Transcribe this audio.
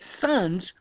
sons